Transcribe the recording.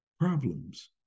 problems